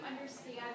understand